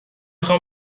خوام